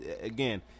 again